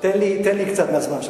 תן לי קצת מהזמן שלך.